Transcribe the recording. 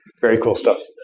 very cool stuff.